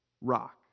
rock